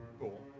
Cool